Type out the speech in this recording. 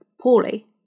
poorly